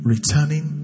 Returning